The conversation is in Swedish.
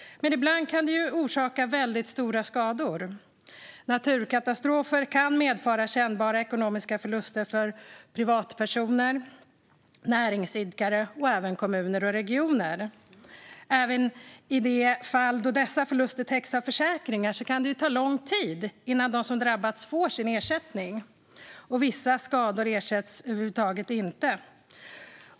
Men ibland kan det orsaka väldigt stora skador. Naturkatastrofer kan medföra kännbara ekonomiska förluster för privatpersoner, näringsidkare samt kommuner och regioner. Även i de fall då dessa förluster täcks av försäkringar kan det ta lång tid innan de som drabbats får sin ersättning, och vissa skador ersätts över huvud taget inte.